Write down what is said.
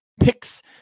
picks